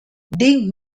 they